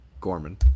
Gorman